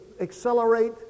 accelerate